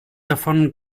davon